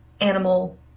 animal